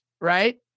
right